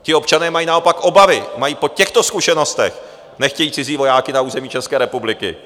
Ti občané mají naopak obavy, po těchto zkušenostech nechtějí cizí vojáky na území České republiky.